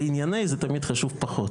לענייני זה תמיד חשוב פחות.